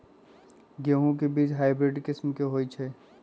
गेंहू के बीज हाइब्रिड किस्म के होई छई?